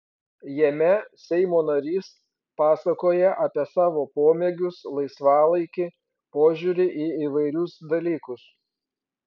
jame seimo narys pasakoja apie savo pomėgius laisvalaikį požiūrį į įvairius dalykus